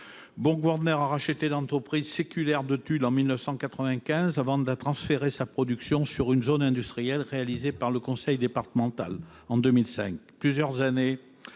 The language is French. BorgWarner a racheté l'entreprise séculaire de Tulle en 1995, avant de transférer sa production sur une zone industrielle réalisée par le conseil départemental en 2005. Pendant plusieurs années,